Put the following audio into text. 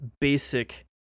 basic